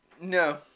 No